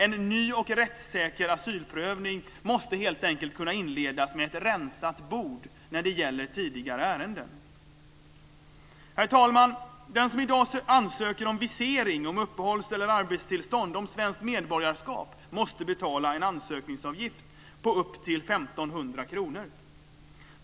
En ny och rättssäker asylprövning måste helt enkelt kunna inledas med ett rensat bord när det gäller tidigare ärenden. Herr talman! Den som i dag ansöker om visering, uppehålls eller arbetstillstånd och svenskt medborgarskap måste betala en ansökningsavgift på upp till 1 500 kr.